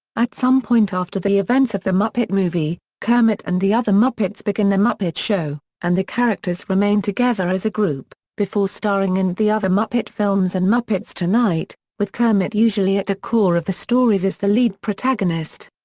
at some point after the events of the muppet movie, kermit and the other muppets begin the muppet show, and the characters remain together as a group, before starring in the other muppet films and muppets tonight, tonight, with kermit usually at the core of the stories as the lead protagonist.